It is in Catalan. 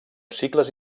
cicles